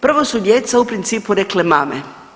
Prvo su djeca u principu rekle mame.